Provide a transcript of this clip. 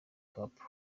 cup